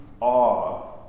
awe